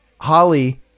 Holly